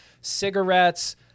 cigarettes